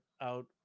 out